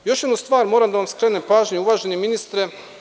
Na još jednu stvar moram da vam skrenem pažnju, uvaženi ministre.